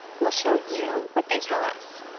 we'll show you what they tell us.